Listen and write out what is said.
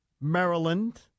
Maryland